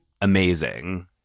amazing